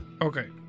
Okay